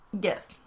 Yes